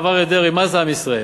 הרב אריה דרעי, מה זה עם ישראל?